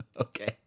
Okay